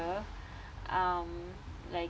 sugar um like